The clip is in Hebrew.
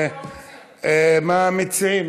תשאל מה הוא מציע.